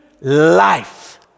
life